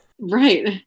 Right